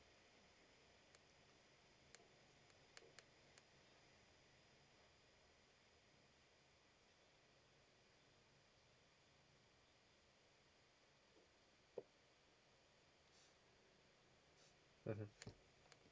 mmhmm